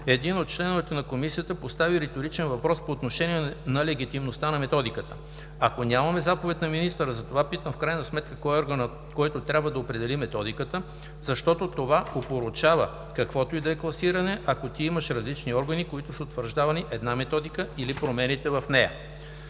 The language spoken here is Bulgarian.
един от членовете на комисията постави риторичен въпрос по отношение на легитимността на Методиката: „Ако нямаме заповед на министъра – затова питам в крайна сметка кой е органът, който трябва да определи Методиката, защото това опорочава каквото и да е класиране, ако ти имаш различни органи, които са утвърждавали една методика или промените в нея“.